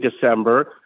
December